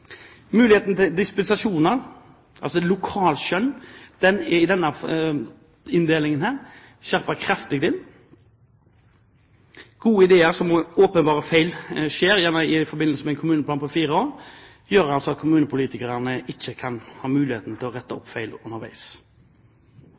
Muligheten til dispensasjoner, altså lokalt skjønn, er med denne inndelingen skjerpet kraftig inn. Gode ideer, men som er åpenbare feil, skjer gjerne i forbindelse med en kommuneplan på fire år. Det gjør at kommunepolitikerne ikke kan ha muligheten til å rette